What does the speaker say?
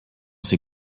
ces